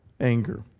anger